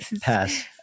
pass